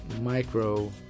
micro